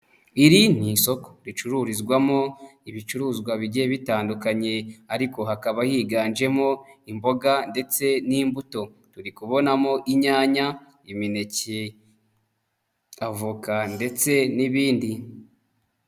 Iri ni isoko ricururizwamo ibicuruzwa bigiye bitandukanye ariko hakaba higanjemo imboga ndetse n'imbuto, turi kubonamo: inyanya, imineke, avoka ndetse n'ibindi.